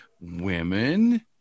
women